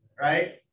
right